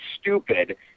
stupid